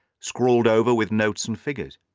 scrawled over with notes and figures.